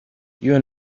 you